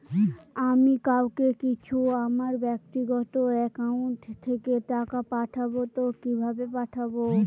আমি কাউকে কিছু আমার ব্যাক্তিগত একাউন্ট থেকে টাকা পাঠাবো তো কিভাবে পাঠাবো?